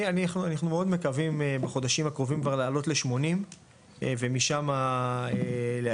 אנחנו מאוד מקווים בחודשים הקרובים כבר לעלות לשמונים ומשמה להגדיל.